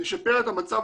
נשפר את המצב